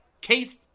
Case